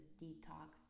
detox